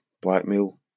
blackmail